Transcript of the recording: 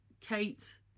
Kate